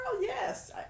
yes